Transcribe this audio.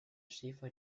schäfer